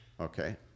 Okay